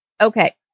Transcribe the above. Okay